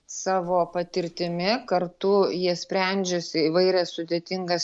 savo patirtimi kartu jie sprendžiasi įvairias sudėtingas